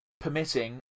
permitting